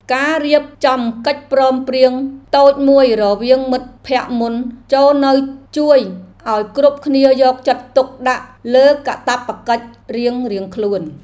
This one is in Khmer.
ការរៀបចំកិច្ចព្រមព្រៀងតូចមួយរវាងមិត្តភក្តិមុនចូលនៅជួយឱ្យគ្រប់គ្នាយកចិត្តទុកដាក់លើកាតព្វកិច្ចរៀងៗខ្លួន។